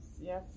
yes